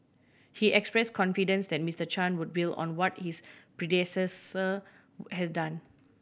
he express confidence that Mister Chan would build on what his predecessor has done